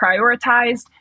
prioritized